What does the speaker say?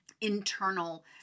internal